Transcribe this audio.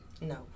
No